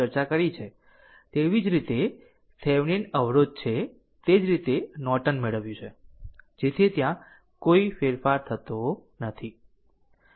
તેથી જે રીતે થેવેનિન અવરોધ છે તે જ રીતે નોર્ટન મેળવ્યું છે જેથી ત્યાં કોઈ ફેરફાર થતો નથી